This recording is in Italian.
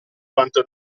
quanto